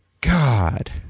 God